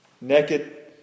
Naked